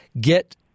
get